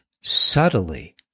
subtly